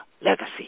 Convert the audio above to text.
legacy